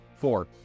Four